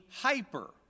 hyper